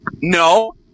No